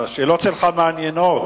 השאלות שלך מעניינות,